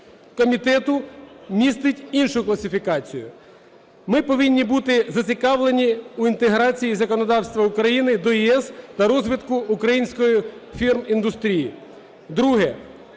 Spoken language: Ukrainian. комітету містить іншу класифікацію. Ми повинні бути зацікавлені у інтеграції законодавства України до ЄС та розвитку української фарміндустрії.